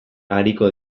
ariko